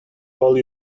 all